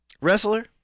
Wrestler